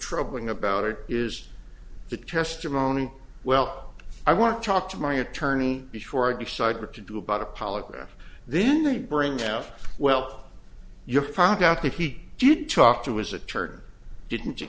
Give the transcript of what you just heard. troubling about it is the testimony well i want to talk to my attorney before i decide what to do about a polygraph then they bring have well your pa got that he did talk to his attorney didn't